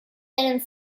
and